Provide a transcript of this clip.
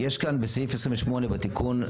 בסעיף 28 בתיקון,